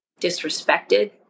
disrespected